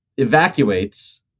Evacuates